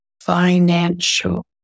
financial